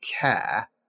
care